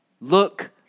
Look